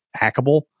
hackable